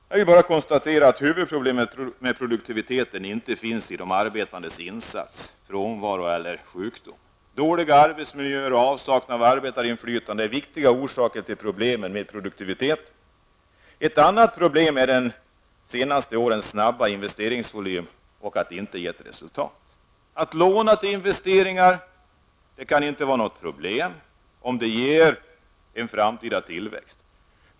Jag vill bara konstatera att huvudproblemet med produktiviteten inte är de arbetandes arbetsinsats, frånvaro eller sjukdom. Dåliga arbetsmiljöer och avsaknad av arbetarinflytande är viktiga orsaker till problemen med produktiviteten. Ett annat problem är de senaste årens snabba investeringsvolym, som inte gett resultat. Att låna till investeringar kan inte vara något problem om det kan ge en framtida tillväxt.